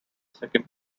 second